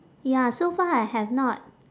ya so far I have not